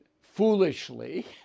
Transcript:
foolishly